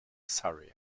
surrey